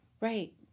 Right